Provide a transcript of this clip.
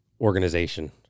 organization